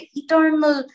eternal